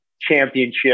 championship